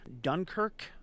Dunkirk